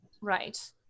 Right